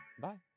Bye